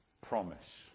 promise